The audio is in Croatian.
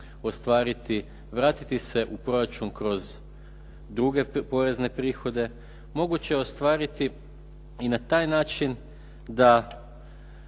ostvariti vratiti se u proračun kroz druge porezne prihode. Moguće je ostvariti i na taj način da